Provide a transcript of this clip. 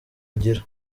agira